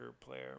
player